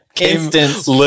instance